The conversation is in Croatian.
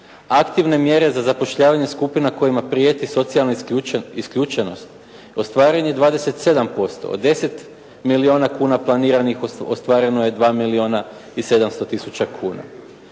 Aktivne mjere za zapošljavanje skupina kojima prijeti socijalna isključenost, ostvarenje 27%. Od 10 milijuna kuna planiranih ostvareno je 2 milijuna i 700 tisuća kuna.